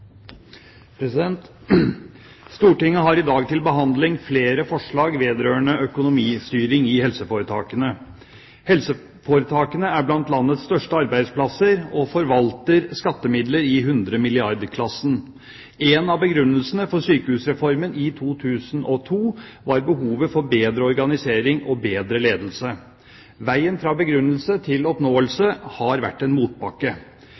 blant landets største arbeidsplasser og forvalter skattemidler i 100 milliarder-klassen. Én av begrunnelsene for sykehusreformen i 2002 var behovet for bedre organisering og bedre ledelse. Veien fra begrunnelse til oppnåelse har vært en motbakke.